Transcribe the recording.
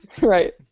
Right